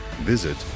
visit